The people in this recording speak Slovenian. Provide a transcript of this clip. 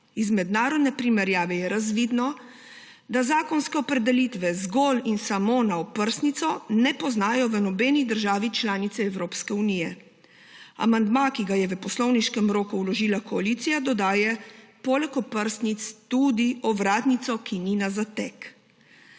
Iz mednarodne primerjave je razvidno, da zakonske opredelitve zgolj in samo na oprsnico ne poznajo v nobeni državi članici Evropske unije. Amandma, ki ga je v poslovniškem roku vložila koalicija, dodaja poleg oprsnic tudi ovratnico, ki ni na zateg.